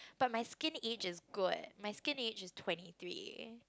but my skin age is good my skin age is twenty three